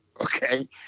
Okay